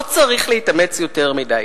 לא צריך להתאמץ יותר מדי.